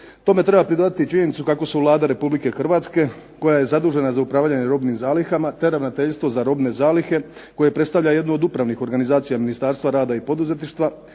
Tome treba pridodati i činjenicu kako su Vlada Republike Hrvatske koja je zadužena za upravljanje robnim zalihama, te Ravnateljstvo za robne zalihe koje predstavlja jedno od upravnih organizacija Ministarstva rada i poduzetništva